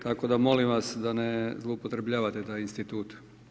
Tako da molim vas, da ne zloupotrebljavate taj institut.